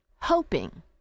hoping